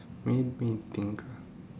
let me think